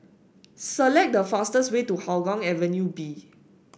select the fastest way to Hougang Avenue B